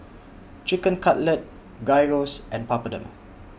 Chicken Cutlet Gyros and Papadum